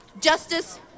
justice